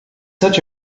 such